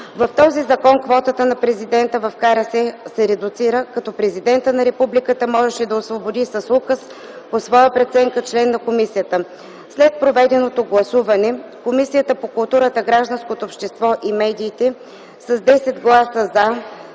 В този закон квотата на президента в Комисията за регулиране на съобщенията се редуцира, като Президентът на Републиката можеше да освободи с указ по своя преценка член на комисията. След проведеното гласуване Комисията по културата, гражданското общество и медиите с 10 гласа „за”,